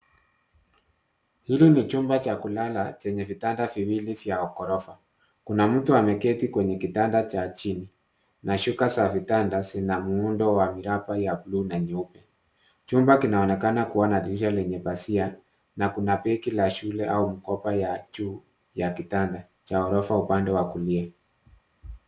Hili ni chumba cha kulala chenye vitanda viwili vya ghorofa. Kuna mtu ameketi kwenye kitanda cha chini na shuka za vitanda zina muundo wa miraba ya bluu na nyeupe. Chumba kinaonekana kuwa na dirisha lenye pazia na kuna begi la shule au mkoba ya juu ya kitanda cha ghorofa upande wa kulia.